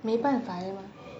没办法 ah